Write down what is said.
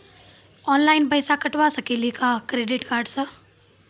Online पैसा कटवा सकेली का क्रेडिट कार्ड सा?